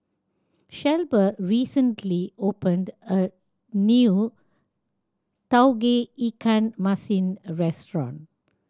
Shelba recently opened a new Tauge Ikan Masin restaurant